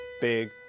big